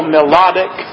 Melodic